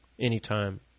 anytime